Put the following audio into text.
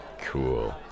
Cool